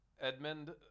Edmund